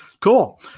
cool